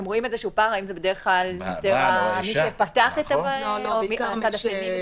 רואים איזשהו פער האם זה בדרך כלל יותר מי שפתח או הצד השני?